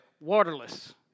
waterless